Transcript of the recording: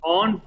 on